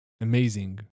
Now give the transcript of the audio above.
amazing